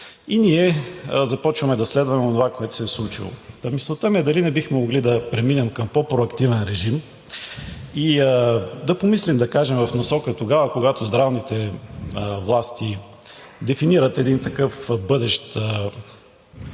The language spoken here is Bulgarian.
и ние започваме да следваме онова, което се е случило. Та мисълта ми е дали не бихме могли да преминем към по-проактивен режим и да помислим, да кажем, в насока тогава, когато здравните власти дефинират един такъв бъдещ